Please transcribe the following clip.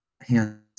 hands